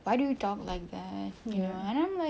why do you talk like that you know and I'm like